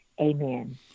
amen